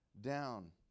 down